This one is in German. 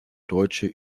deutsche